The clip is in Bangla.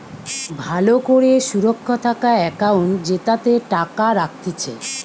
ভালো করে সুরক্ষা থাকা একাউন্ট জেতাতে টাকা রাখতিছে